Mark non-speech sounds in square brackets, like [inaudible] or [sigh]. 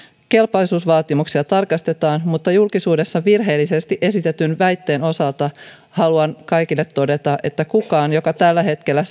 kelpoisuusvaatimuksia tarkastetaan mutta julkisuudessa virheellisesti esitetyn väitteen osalta haluan kaikille todeta että kukaan joka tällä hetkellä [unintelligible]